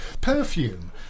perfume